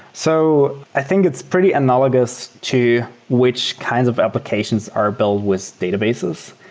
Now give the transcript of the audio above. so i think it's pretty analogous to which kinds of applications are built with databases.